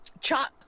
chop